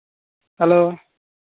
hello